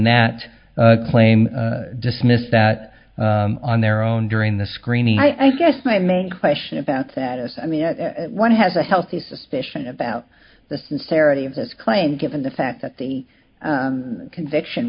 that claim dismissed that on their own during the screening i guess my main question about that is i mean one has a healthy suspicion about the sincerity of this claim given the fact that the conviction